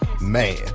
man